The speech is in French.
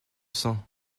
sang